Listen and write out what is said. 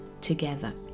together